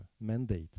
mandate